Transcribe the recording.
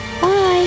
Bye